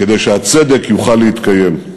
כדי שהצדק יוכל להתקיים.